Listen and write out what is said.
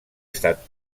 estat